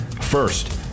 First